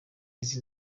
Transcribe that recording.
izi